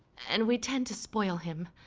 and we tend to spoil him.